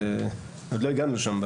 עוד לא הגענו לשם,